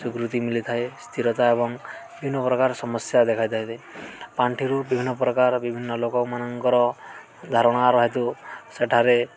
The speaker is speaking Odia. ସ୍ୱୀକୃତି ମିଳିଥାଏ ସ୍ଥିରତା ଏବଂ ବିଭିନ୍ନ ପ୍ରକାର ସମସ୍ୟା ଦେଖା ପାଣ୍ଠିରୁ ବିଭିନ୍ନ ପ୍ରକାର ବିଭିନ୍ନ ଲୋକମାନଙ୍କର ଧାରଣାର ହେତୁ ସେଠାରେ